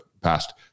past